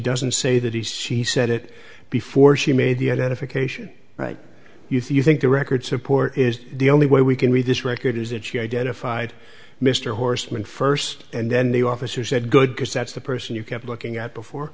doesn't say that he says she said it before she made the identification you think the record support is the only way we can read this record is that she identified mr horsman first and then the officer said good because that's the person you kept looking at before